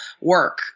work